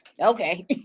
Okay